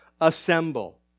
assemble